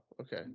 okay